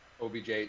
OBJ